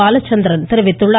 பாலச்சந்திரன் தெரிவித்துள்ளார்